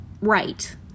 right